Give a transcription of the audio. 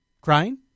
crying